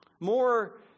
more